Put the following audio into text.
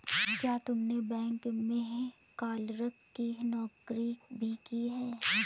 क्या तुमने बैंक में क्लर्क की नौकरी भी की है?